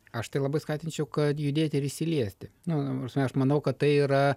aš tai labai skatinčiau kad judėti ir įsiliesti nu ta prasme aš manau kad tai yra